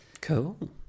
cool